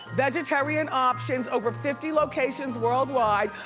vegetarian options, over fifty locations worldwide.